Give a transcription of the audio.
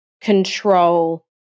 control